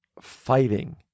fighting